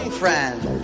friend